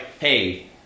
hey